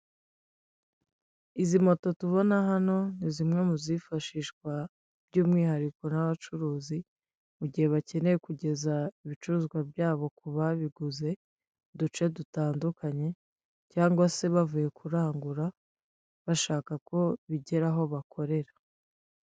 Izi moto tubona hano ni zimwe mu zifashishwa by'umwihariko n'abacuruzi mu gihe bakeneye kugeza ibicuruzwa byabo ku babiguze uduce dutandukanye, cyangwa se bavuye kurangura bashaka ko bigeraho bakorera.